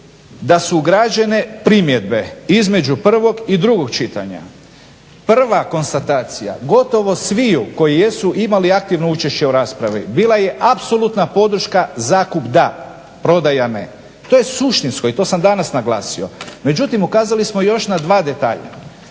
da su ugrađene primjene između prvog i drugog čitanja. Prva konstatacija gotovo sviju koji jesu imali aktivno učešće u raspravi bila je apsolutna podrška zakup da, prodaja ne. To je suštinsko i to sam danas naglasio. Međutim ukazali smo još na dva detalja.